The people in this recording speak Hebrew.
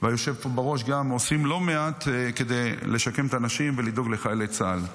והיושב פה בראש גם עושים לא מעט כדי לשקם את האנשים ולדאוג לחיילי צה"ל.